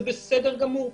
זה בסדר גמור.